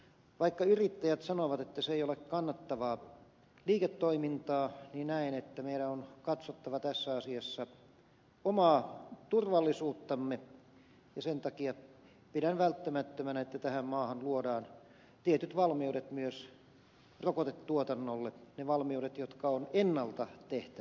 vaikka yrittäjät sanovat että se ei ole kannattavaa liiketoimintaa niin näen että meidän on katsottava tässä asiassa omaa turvallisuuttamme ja sen takia pidän välttämättömänä että tähän maahan luodaan tietyt valmiudet myös rokotetuotannolle ne valmiudet jotka on ennalta tehtävissä